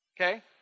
Okay